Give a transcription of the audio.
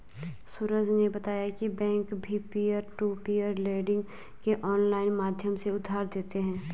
सूरज ने बताया की बैंक भी पियर टू पियर लेडिंग के ऑनलाइन माध्यम से उधार देते हैं